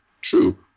True